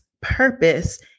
purpose